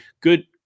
good